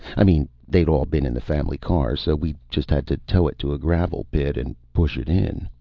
i mean they'd all been in the family car, so we just had to tow it to a gravel pit and push it in.